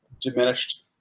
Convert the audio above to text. diminished